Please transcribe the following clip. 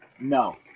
No